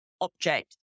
object